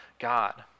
God